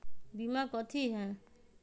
बीमा कथी है?